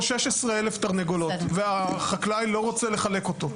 16 אלף תרנגולות והחקלאי לא רוצה לחלק אותו.